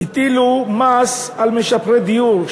הטילו מס על משפרי דיור,